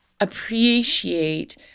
appreciate